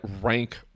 rank